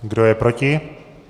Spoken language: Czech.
Kdo je proti?